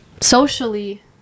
socially